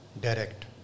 Direct